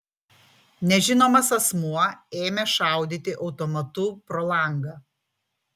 nežinomas asmuo ėmė šaudyti automatu pro langą